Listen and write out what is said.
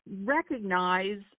recognize